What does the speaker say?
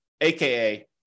aka